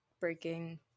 breaking